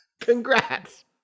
Congrats